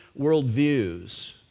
worldviews